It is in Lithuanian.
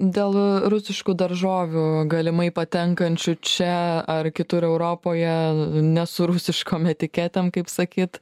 dėl rusiškų daržovių galimai patenkančių čia ar kitur europoje ne su rusiškom etiketėm kaip sakyt